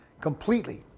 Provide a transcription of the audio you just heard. completely